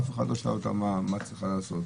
אף אחד לא שאל אותה מה היא עושה עם זה,